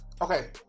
Okay